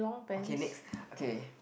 okay next okay